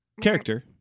Character